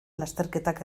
lasterketak